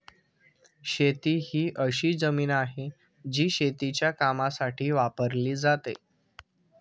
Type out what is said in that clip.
शेती ही अशी जमीन आहे, जी शेतीच्या कामासाठी वापरली जाते